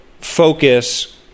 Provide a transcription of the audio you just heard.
focus